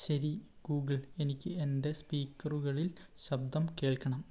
ശരി ഗൂഗിൾ എനിക്ക് എൻ്റെ സ്പീക്കറുകളിൽ ശബ്ദം കേൾക്കണം